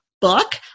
book